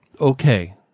Okay